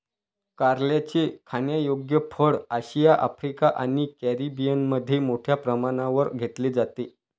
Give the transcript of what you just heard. कारल्याचे खाण्यायोग्य फळ आशिया, आफ्रिका आणि कॅरिबियनमध्ये मोठ्या प्रमाणावर घेतले जाते